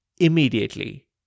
immediately